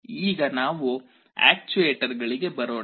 ಈಗ ನಾವು ಆಕ್ಯೂವೇಟರ್ಗಳಿಗೆ ಬರೋಣ